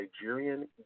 Nigerian